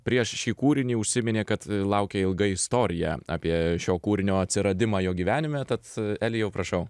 prieš šį kūrinį užsiminė kad laukia ilga istorija apie šio kūrinio atsiradimą jo gyvenime tad elijau prašau